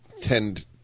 tend